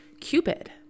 Cupid